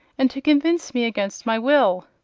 and to convince me against my will.